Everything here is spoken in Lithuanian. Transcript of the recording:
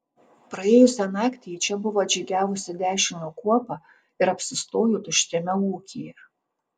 praėjusią naktį į čia buvo atžygiavusi dešinio kuopa ir apsistojo tuščiame ūkyje